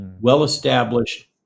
well-established